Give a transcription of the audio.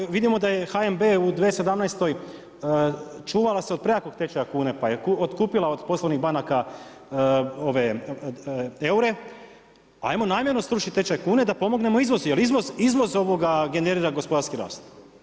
Ajmo, vidimo da je HNB u 2017. čuvala se od prejakog tečaja kune, pa je otkupila od poslovnih banaka eure, ajmo namjerno srušiti tečaj kune da pomognemo izvozu, jer izvoz generira gospodarski rast.